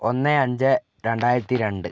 ഒന്ന് അഞ്ച് രണ്ടായിരത്തി രണ്ട്